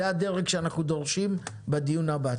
זה הדרג שאנחנו דורשים בדיון הבא.